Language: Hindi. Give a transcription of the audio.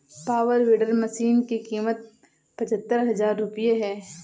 पावर वीडर मशीन की कीमत पचहत्तर हजार रूपये है